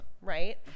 right